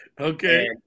Okay